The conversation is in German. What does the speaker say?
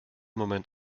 moment